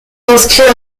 inscrit